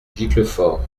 giclefort